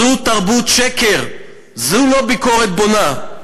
זו תרבות שקר, זו לא ביקורת בונה.